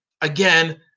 Again